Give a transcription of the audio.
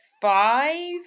five